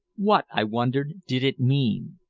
what, i wondered, did it mean?